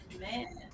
man